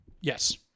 Yes